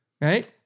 Right